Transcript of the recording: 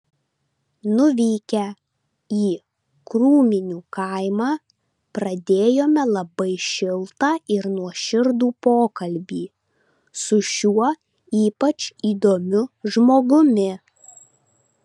nuvykę į krūminių kaimą pradėjome labai šiltą ir nuoširdų pokalbį su šiuo ypač įdomiu žmogumi